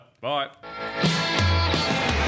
Bye